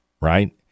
Right